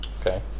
okay